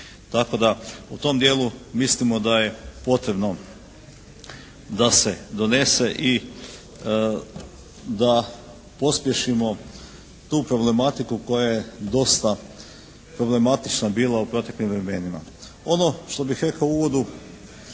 tako da u tom dijelu mislimo da je potrebno da se donese i da pospješimo tu problematiku koja je dosta problematična bila u proteklim vremenima. Ono što bih rekao u uvodu